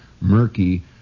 murky